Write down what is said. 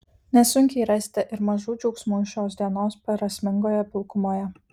nesunkiai rasite ir mažų džiaugsmų šios dienos prasmingoje pilkumoje